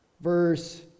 Verse